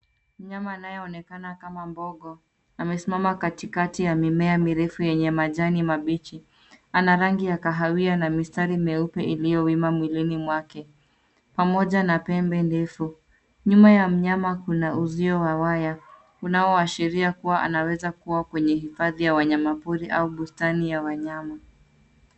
Mnyama anayeonekana kama mbogo, amesimama katikati ya mimea mirefu yenye majani mabichi. Ana rangi ya kahawia na mistari meupe iliyowima mwili mwake, pamoja na pembe ndefu. Nyuma ya mnyama kuna uzio wa waya, unaoashiria kuwa anaweza kuwa kwenye hifadhi ya wanyamapori au bustani ya wanyama.